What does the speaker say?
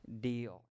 deal